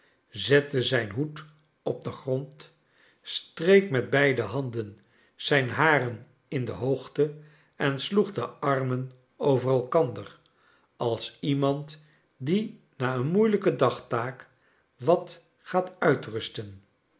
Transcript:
zette zijn hoed op den grond streek met beide handen zijn haren in de hoogte en sloeg de armen over elkander als iemand die na een moeilijke dagtaak wat gaat uitrusten